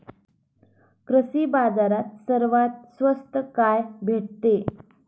कृषी बाजारात सर्वात स्वस्त काय भेटते?